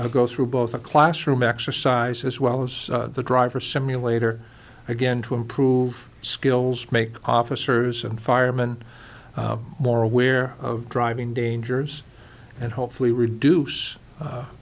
go through both a classroom exercise as well as the driver simulator again to improve skills make officers and firemen more aware of driving dangers and hopefully reduce